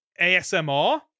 ASMR